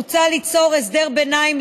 מוצע ליצור הסדר ביניים,